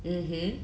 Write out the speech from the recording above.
mmhmm